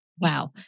Wow